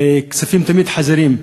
וכספים תמיד חסרים,